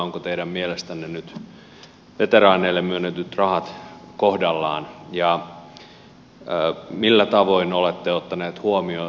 ovatko teidän mielestänne nyt veteraaneille myönnetyt rahat kohdallaan ja millä tavoin olette ottaneet huomioon rauhanturvaajaveteraanit